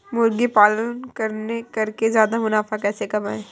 मुर्गी पालन करके ज्यादा मुनाफा कैसे कमाएँ?